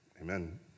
amen